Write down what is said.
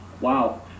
wow